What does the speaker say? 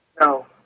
No